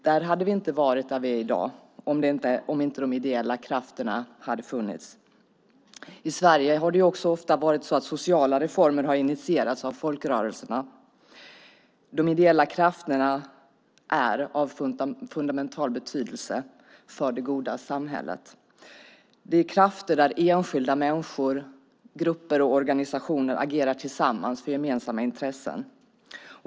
Vi hade inte varit där vi är i dag om inte de ideella krafterna hade funnits. I Sverige har också sociala reformer initierats av folkrörelserna. De ideella krafterna är av fundamental betydelse för det goda samhället. Enskilda människor, grupper och organisationer agerar tillsammans för gemensamma intressen.